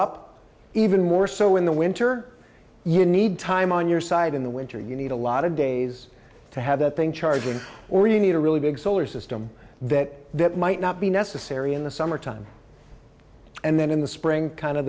up even more so in the winter you need time on your side in the winter you need a lot of days to have that thing charging or you need a really big solar system that that might not be necessary in the summertime and then in the spring kind